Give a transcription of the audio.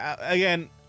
again